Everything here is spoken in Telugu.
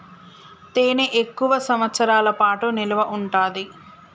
తేనె ఎక్కువ సంవత్సరాల పాటు నిల్వ ఉంటాది